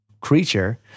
creature